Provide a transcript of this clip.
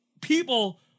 people